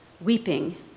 weeping